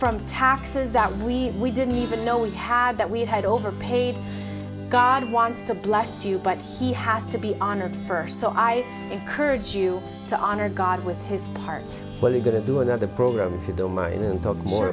from taxes that we we didn't even know we had that we had overpaid god wants to bless you but he has to be honored first so i encourage you to honor god with his part what are you going to do another program for